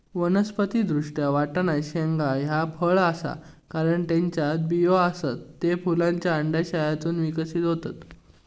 वनस्पति दृष्ट्या, वाटाणा शेंगा ह्या फळ आसा, कारण त्येच्यात बियो आसत, ते फुलांच्या अंडाशयातून विकसित होतत